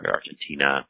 Argentina